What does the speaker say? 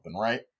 right